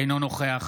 אינו נוכח